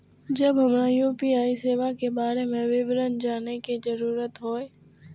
जब हमरा यू.पी.आई सेवा के बारे में विवरण जानय के जरुरत होय?